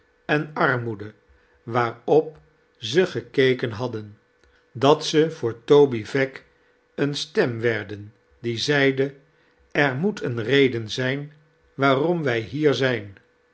en armoede waarop ze gekeken hadden dat ze voor toby veck eene stem werden die zeide er moet een reden zijn waarom wij hier zijn